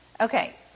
okay